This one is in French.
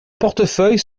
portefeuille